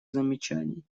замечаний